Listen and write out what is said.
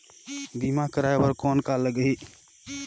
बीमा कराय बर कौन का लगही?